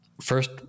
first